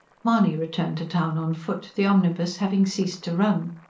mahony returned to town on foot, the omnibus having ceased to run.